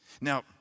Now